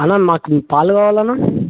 అన్న నాకు మీ పాలు కావాలన్నా